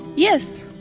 yes!